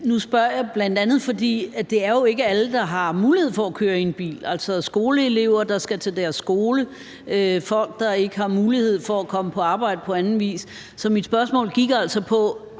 Nu spørger jeg, bl.a. fordi det jo ikke er alle, der har mulighed for at køre i en bil, altså skoleelever, der skal til deres skole, og folk, der ikke har mulighed for at komme på arbejde på anden vis. Så mit spørgsmål gik altså på